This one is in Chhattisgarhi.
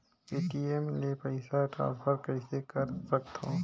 ए.टी.एम ले पईसा ट्रांसफर कइसे कर सकथव?